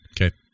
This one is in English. okay